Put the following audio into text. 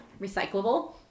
recyclable